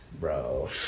bro